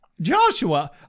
Joshua